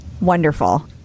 wonderful